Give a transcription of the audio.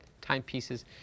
timepieces